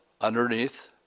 underneath